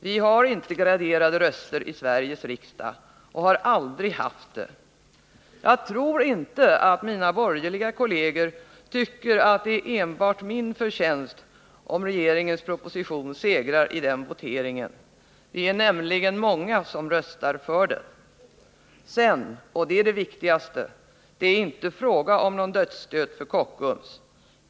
Vi har inte graderade röster i Sveriges riksdag och har aldrig haft det. Jag tror inte att mina borgerliga kolleger tycker att det är enbart min förtjänst om regeringens proposition segrar i voteringen. Vi är nämligen många som röstar för den. Sedan — och det är det viktigaste — är det inte fråga om någon dödsstöt för Kockums.